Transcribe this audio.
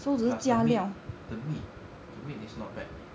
plus the meat the meat the meat is not bad